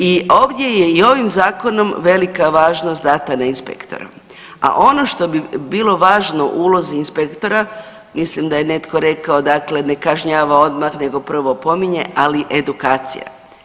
I ovdje je i ovim zakonom velika važnost dana na inspektora, a ono što bi bilo važno u ulozi inspektora, mislim da je netko rekao ne kažnjava odmah nego prvo opominje, ali edukacija.